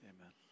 Amen